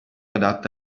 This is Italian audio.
adatta